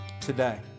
today